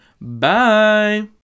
bye